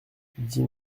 dix